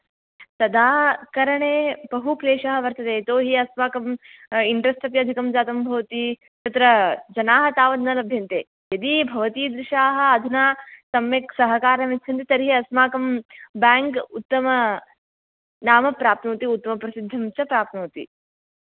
तदा करणे बहु क्लेशः वर्तते यतो हि अस्माकम् इण्ट्रेस्ट् अपि अधिकं जातं भवति तत्र जनाः तावत् न लभ्यन्ते यदि भवतीदृशाः अधुना सम्यक् सहकारं यच्छन्ति तर्हि अस्माकं बेङ्क् उत्तम नाम प्राप्नोति उत्तम प्रसिद्धिं च प्राप्नोति